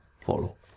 Follow